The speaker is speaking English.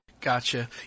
Gotcha